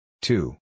Two